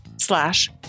slash